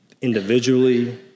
Individually